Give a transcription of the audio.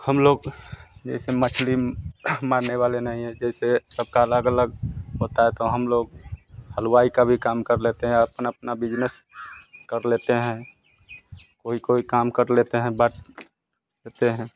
हम लोग जैसे मछली मारने वाले नहीं है जैसे सबका अलग अलग होता है तो हम लोग हलवाई का भी काम कर लेते हैं अपना अपना बिजनेस कर लेते हैं कोई कोई काम कर लेते हैं बट करते हैं